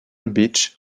beach